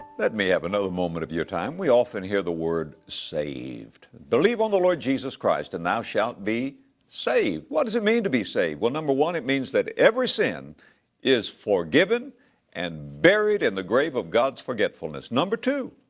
me have another moment of your time. we often hear the word saved. believe on the lord jesus christ and thou shalt be saved. what does it mean to be saved? well number one it means that every sin is forgiven and burried in the grave of god's forgetfulness. number two,